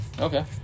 Okay